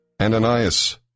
Ananias